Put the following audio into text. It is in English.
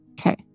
Okay